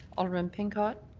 alderman pincott.